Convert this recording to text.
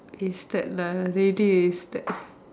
wasted lah really wasted